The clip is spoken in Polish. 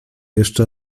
jeszcze